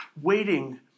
waiting